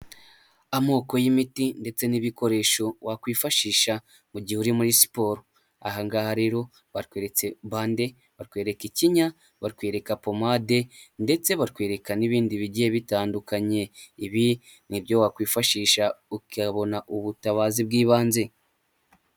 Amoko y'imiti ndetse n'ibikoresho wakwifashisha mu gihe uri muri siporo, aha ngaha rero batweretse bande, batwereka ikinya, batwereka pomade ndetse batwereka n'ibindi bigiye bitandukanye ibi nibyo wakwifashisha ukibona ubutabazi bw'ibanze.